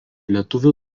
lietuvių